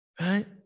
Right